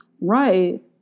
Right